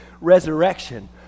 resurrection